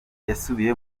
yasubiye